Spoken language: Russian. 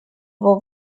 его